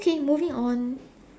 okay moving on